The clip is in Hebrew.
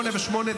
08:08,